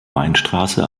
weinstraße